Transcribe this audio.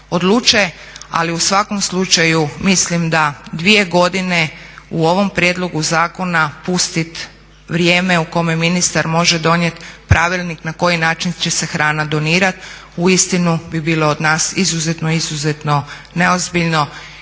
odluče, ali u svakom slučaju mislim da dvije godine u ovom prijedlogu zakona pustiti vrijeme u kome ministar može donijeti pravilnik na koji način će se hrana donirati uistinu bi bilo od nas izuzetno, izuzetno neozbiljno.